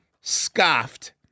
scoffed